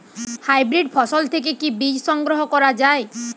Hybrid ফসল থেকে কি বীজ সংগ্রহ করা য়ায়?